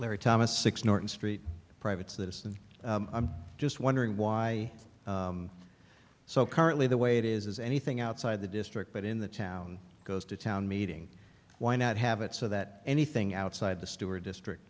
larry thomas six norton street private citizen i'm just wondering why so currently the way it is is anything outside the district but in the town goes to town meeting why not have it so that anything outside the steward district